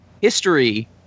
history